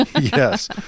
Yes